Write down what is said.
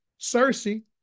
Cersei